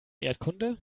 erdkunde